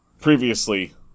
previously